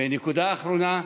ונקודה אחרונה: